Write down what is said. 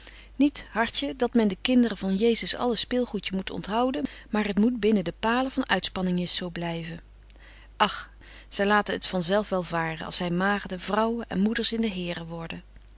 niet hartje dat men den kinderen van jezus alle speelgoedje moet onthouden maar t moet binnen de palen van betje wolff en aagje deken historie van mejuffrouw sara burgerhart uitspanningjes zo blyven och zy laten het van zelf wel varen als zy maagden vrouwen en moeders in den here worden